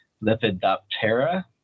Lepidoptera